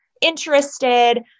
interested